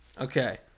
Okay